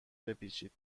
بپیچید